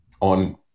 on